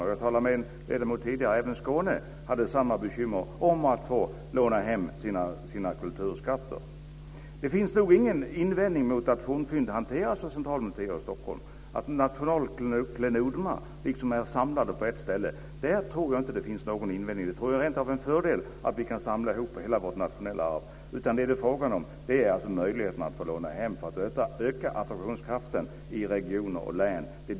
Jag talade tidigare med en ledamot som sade att det är bekymmer även i Skåne över att få låna hem kulturskatter. Det finns nog ingen invändning mot att fornfynd hanteras av centralmuseer i Stockholm, att nationalklenoderna är samlade på ett ställe. Där finns det inte någon invändning. Det är rent av en fördel att kunna samla ihop hela det nationella arvet. Frågan gäller möjligheterna att kunna låna hem för att öka attraktionskraften i regioner och län.